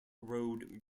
road